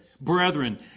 Brethren